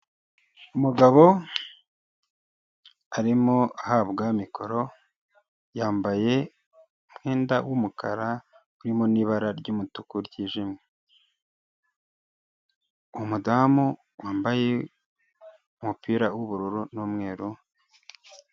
Umugabo arimo ahabwa mikoro yambaye umwenda w'umukara urimo n'ibara ry'umutuku ryijimye umudamu wambaye umupira w'ubururu n'umweru.